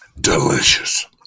Delicious